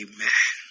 Amen